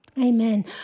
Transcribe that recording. Amen